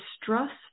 distrust